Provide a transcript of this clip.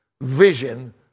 vision